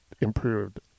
improved